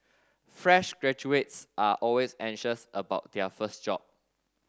fresh graduates are always anxious about their first job